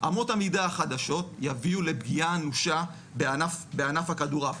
אמות המידה החדשות יביאו לפגיעה אנושה בענף הכדורעף.